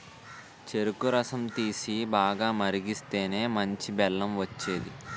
చెరుకు రసం తీసి, బాగా మరిగిస్తేనే మంచి బెల్లం వచ్చేది